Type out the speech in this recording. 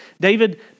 David